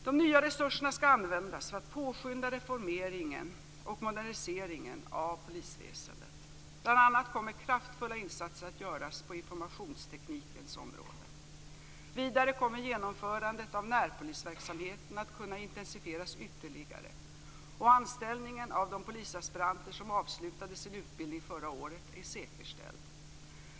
De nya resurserna skall användas för att påskynda reformeringen och moderniseringen av polisväsendet. Bl.a. kommer kraftfulla insatser att göras på informationsteknikens område. Vidare kommer genomförandet av närpolisverksamheten att kunna intensifieras ytterligare. Anställningen av de polisaspiranter som avslutade sin utbildning förra året är säkerställd.